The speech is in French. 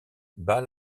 bas